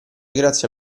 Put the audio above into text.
grazie